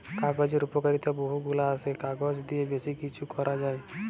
কাগজের উপকারিতা বহু গুলা আসে, কাগজ দিয়ে বেশি কিছু করা যায়